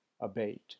abate